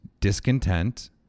discontent